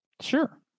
Sure